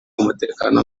umutekano